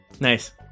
Nice